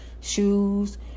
shoes